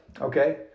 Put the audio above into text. Okay